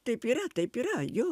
taip yra taip yra jo